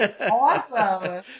awesome